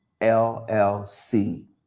LLC